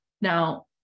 Now